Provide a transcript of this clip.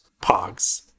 Pogs